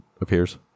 appears